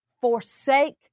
forsake